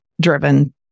driven